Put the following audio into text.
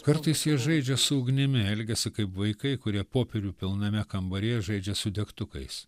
kartais jie žaidžia su ugnimi elgiasi kaip vaikai kurie popierių pilname kambaryje žaidžia su degtukais